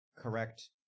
correct